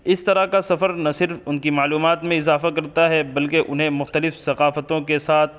اس طرح کا سفر نہ صرف ان کی معلومات میں اضافہ کرتا ہے بلکہ انہیں مختلف ثقافتوں کے ساتھ